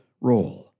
role